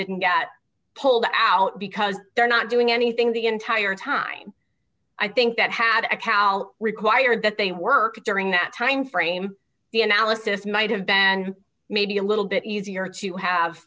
didn't get pulled out because they're not doing anything the entire time i think that had a cow required that they work during that timeframe the analysis might have been maybe a little bit easier to have